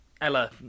Ella